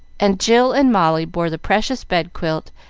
and jill and molly bore the precious bedquilt,